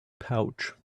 pouch